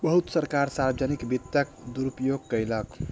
बहुत सरकार सार्वजनिक वित्तक दुरूपयोग कयलक